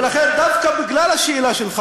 וזה מאוד לגיטימי לא להיות בקונסנזוס.